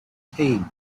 team